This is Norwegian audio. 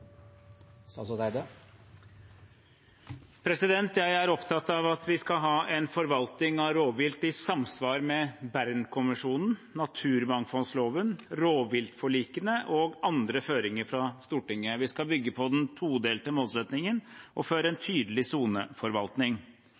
opptatt av at vi skal ha en forvaltning av rovvilt i samsvar med Bernkonvensjonen, naturmangfoldloven, rovviltforlikene og andre føringer fra Stortinget. Vi skal bygge på den todelte målsettingen og føre en tydelig soneforvaltning.